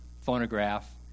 phonograph